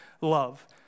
love